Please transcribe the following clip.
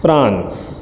France